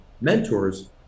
mentors